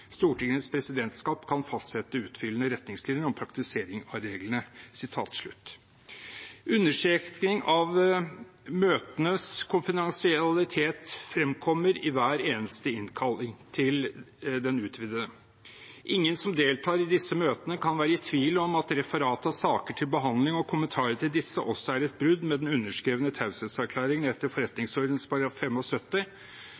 Stortingets presidentskap kan fastsette utfyllende retningslinjer om praktiseringen av reglene.» Understrekning av møtenes konfidensialitet fremkommer i hver eneste innkalling til den utvidede utenriks- og forsvarskomité. Ingen som deltar i disse møtene, kan være i tvil om at referat av saker til behandling og kommentarer til disse også er et brudd med den underskrevne taushetserklæringen etter